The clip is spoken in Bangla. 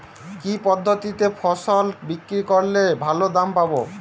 কি পদ্ধতিতে ফসল বিক্রি করলে ভালো দাম পাব?